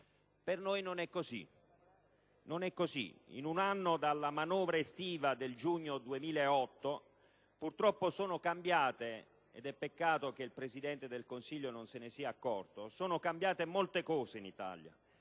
Per noi non è così. In un anno dalla manovra estiva del giugno 2008 purtroppo sono cambiate - ed è peccato che il Presidente del Consiglio non se ne sia accorto - molte cose in Italia: